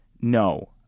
no